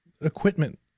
equipment